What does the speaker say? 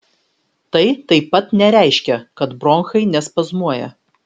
tai taip pat nereiškia kad bronchai nespazmuoja